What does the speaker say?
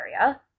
area